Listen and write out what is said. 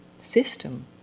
system